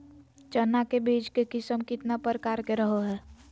चना के बीज के किस्म कितना प्रकार के रहो हय?